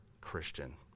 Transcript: Christian